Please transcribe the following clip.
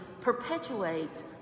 perpetuates